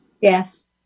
Yes